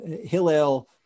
Hillel